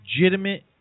legitimate